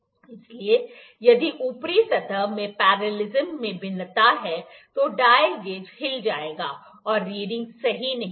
इसलिए यदि ऊपरी सतह में पैरेललिज्म में भिन्नता है तो डायल गेज हिल जाएगा और रीडिंग सही नहीं होगी